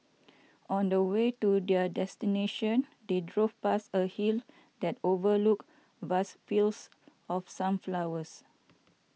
on the way to their destination they drove past a hill that overlooked vast fields of sunflowers